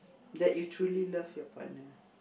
that you truly love your partner